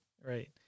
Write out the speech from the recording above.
Right